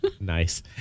Nice